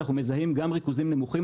כשאנחנו מזהים גם ריכוזים נמוכים.